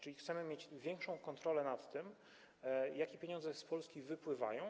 Chcemy mieć większą kontrolę nad tym, jakie pieniądze z Polski wypływają.